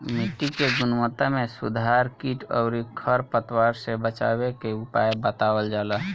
मिट्टी के गुणवत्ता में सुधार कीट अउरी खर पतवार से बचावे के उपाय बतावल जाला